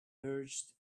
urged